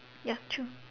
ya true